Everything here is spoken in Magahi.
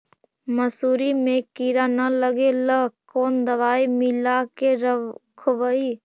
मसुरी मे किड़ा न लगे ल कोन दवाई मिला के रखबई?